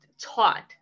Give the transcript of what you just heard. taught